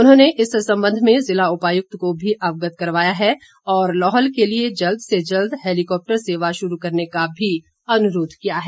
उन्होंने इस संबंध में जिला उपायुक्त को भी अवगत करवाया है और लाहौल के लिए जल्द से जल्द हैलिकॉप्टर सेवा शुरू करने का भी अनुरोध किया है